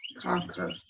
Conquer